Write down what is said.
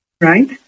right